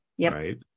right